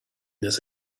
this